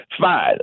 fine